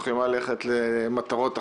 יכולים ללכת למטרות אחרות,